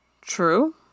True